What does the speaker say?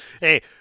Hey